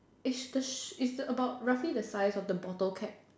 is the shape is about the roughly the size of the bottle cap